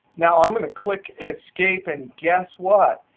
now, i'm going to click escape. and guess what,